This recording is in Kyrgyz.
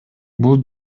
бул